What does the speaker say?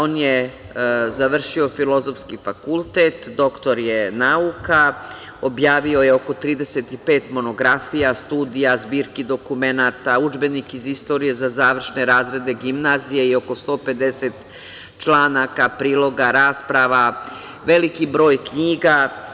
On je završio filozofski fakultet, doktor je nauka, objavio je oko 35 monografija, studija, zbirki dokumenata, udžbenik iz istorije za završne razrede gimnazije i oko 150 članaka, priloga, rasprava, veliki broj knjiga.